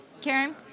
Karen